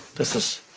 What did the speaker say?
this is